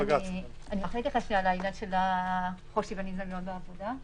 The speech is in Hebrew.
אני רוצה להתייחס לעניין של חוק שוויון הזדמנויות בעבודה.